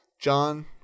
John